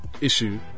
issue